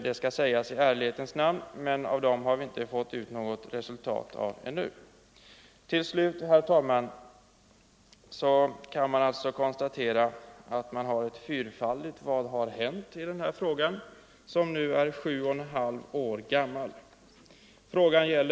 Det skall sägas i ärlighetens namn, men något resultat av dessa gruppers arbete har vi ännu inte fått. Till slut, herr talman, kan man konstatera att vi i denna fråga som nu är sju och ett halvt år gammal, har ett fyrfaldigt frågetecken: Vad har hänt?